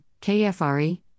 KFRE